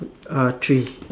ah three